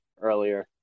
earlier